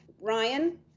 Ryan